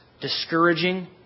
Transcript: discouraging